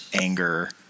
anger